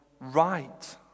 right